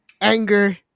anger